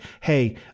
hey